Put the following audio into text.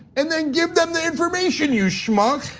and then give them the information you schmuck!